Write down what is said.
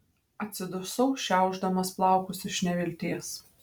atsidusau šiaušdamas plaukus iš nevilties